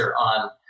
on